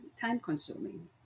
time-consuming